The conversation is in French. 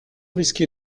risquer